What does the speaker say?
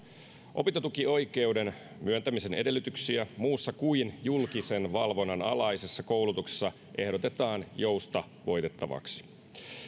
opintotukioikeuden myöntämisen edellytyksiä muussa kuin julkisen valvonnan alaisessa koulutuksessa ehdotetaan joustavoitettavaksi